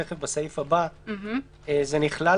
תיכף בסעיף הבא זה נכלל,